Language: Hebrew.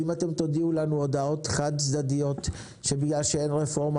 ואם אתם תודיעו לנו הודעות חד-צדדיות שבגלל שאין רפורמה